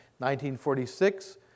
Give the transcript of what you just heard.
1946